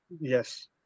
Yes